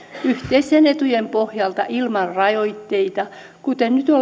yhteisten etujen pohjalta ilman rajoitteita kuten